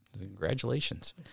Congratulations